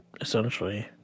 essentially